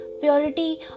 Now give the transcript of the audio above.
Purity